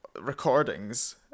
recordings